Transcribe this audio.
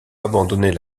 abandonner